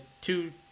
two